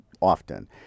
often